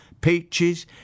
peaches